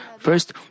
First